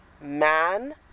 man